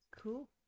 Cool